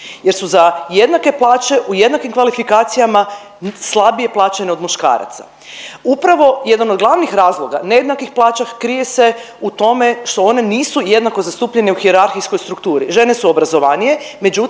jer su za jednake plaće u jednakim kvalifikacijama slabije plaćene od muškaraca. Upravo jedan od glavnih razloga nejednakih plaća krije se u tome što one nisu jednako zastupljene u hijerarhijskoj strukturi. Žene su obrazovanije